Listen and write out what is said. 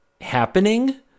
happening